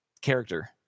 character